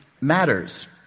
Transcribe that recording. matters